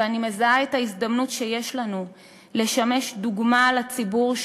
ואני מזהה את ההזדמנות שיש לנו לשמש דוגמה לציבור,